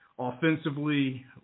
offensively